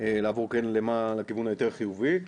לעבור לכיוון היותר חיובי.